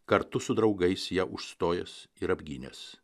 kartu su draugais ją užstojęs ir apgynęs